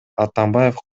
атамбаев